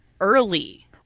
early